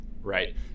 right